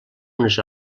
unes